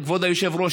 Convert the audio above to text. כבוד היושב-ראש,